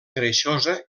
greixosa